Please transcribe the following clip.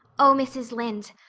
oh, mrs. lynde,